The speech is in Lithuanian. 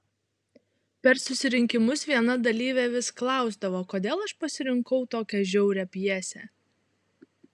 per susirinkimus viena dalyvė vis klausdavo kodėl aš pasirinkau tokią žiaurią pjesę